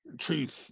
truth